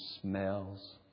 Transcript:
smells